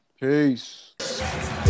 Peace